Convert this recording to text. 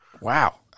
Wow